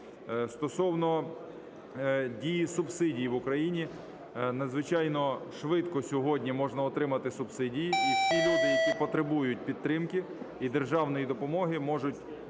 Стосовно дії субсидій в Україні. Надзвичайно швидко сьогодні можна отримати субсидії і всі люди, які потребують підтримки і державної допомоги, можуть